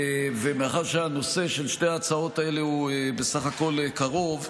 מאחר שהנושא של שתי ההצעות האלה הוא בסך הכול קרוב,